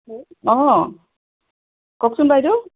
অঁ কওকচোন বাইদেউ